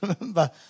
remember